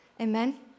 Amen